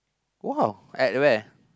!wow! at where